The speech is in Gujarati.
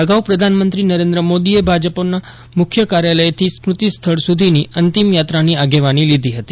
અગાઉ પ્રધાનમંત્રી નરેન્દ્ર યોદીએ ભાજપના મુખ્ય કાર્યાલયથી સ્મૃતિ સ્થળ સુધીની અંતિમ યાત્રાની આગેવાની લીધી હતી